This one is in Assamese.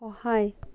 সহায়